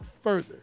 further